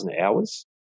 hours